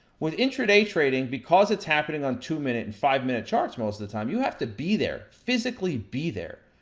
with intraday trading, because it's happening on two minutes, and five minute charts most of the time, you have to be there, physically be there.